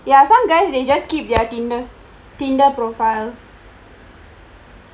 ya some guys they just keep their tinder tinder profile